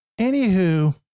anywho